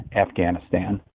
Afghanistan